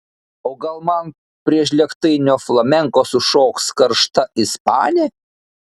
o gal man prie žlėgtainio flamenko sušoks karšta ispanė